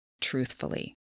truthfully